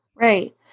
Right